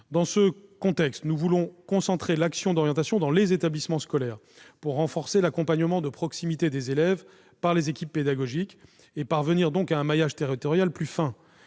Dans ce contexte, nous voulons concentrer son action d'orientation dans les établissements scolaires, pour renforcer l'accompagnement de proximité des élèves par les équipes pédagogiques et, donc, parvenir à un maillage territorial plus fin.